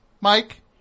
Mike